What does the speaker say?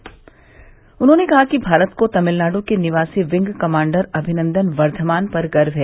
प्रधानमंत्री ने कहा कि भारत को तमिलनाडु के निवासी विंग कमांडर अभिनंदन वर्धमान पर गर्व है